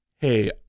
Hey